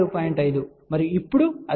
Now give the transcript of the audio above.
5 మరియు ఇప్పుడు అది 36